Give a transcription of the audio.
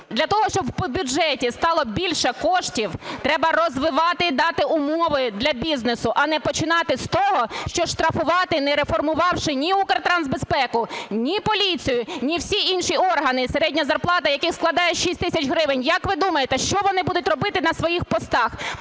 Для того, щоб в бюджеті стало більше коштів, треба розвивати і дати умови для бізнесу, а не починати з того, що штрафувати не реформувавши ні Укртрансбезпеку, ні поліцію, ні всі інші органи, середня зарплати яких складає 6 тисяч гривень. Як ви думаєте, що вони будуть робити на своїх постах?